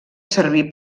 servir